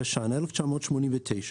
התש"ן-1989,